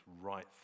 right